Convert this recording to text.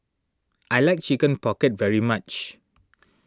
I like Chicken Pocket very much